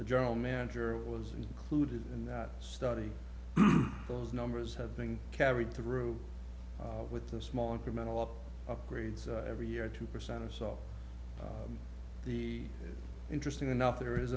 the general manager was included in that study those numbers have been carried through with the small incremental upgrades every year two percent of self the interesting enough there is